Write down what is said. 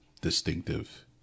distinctive